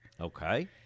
Okay